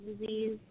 disease